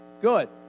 good